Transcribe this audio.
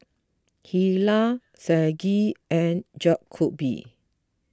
Hilah Saige and Jakobe